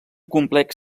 complex